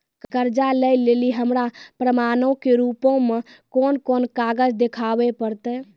कर्जा लै लेली हमरा प्रमाणो के रूपो मे कोन कोन कागज देखाबै पड़तै?